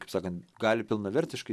kaip sakant gali pilnavertiškai